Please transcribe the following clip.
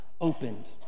opened